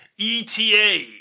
ETA